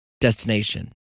destination